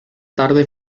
tarde